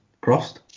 crossed